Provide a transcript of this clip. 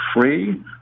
free